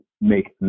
make